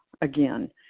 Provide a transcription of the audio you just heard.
again